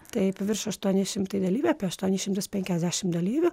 taip virš aštuoni šimtai dalyvių apie aštuonis šimtus penkiasdešim dalyvių